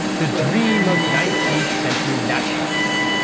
the dream of nineteenth century nationalists.